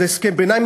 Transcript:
זה הסכם ביניים,